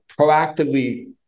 proactively